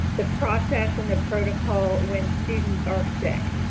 the process and the protocol when students are sick.